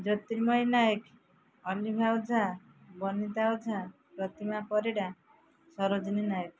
Jyotirmayee Nayak Oliva Ojha Banita Ojha Pratima Parida Sarojini Nayak